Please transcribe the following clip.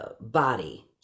body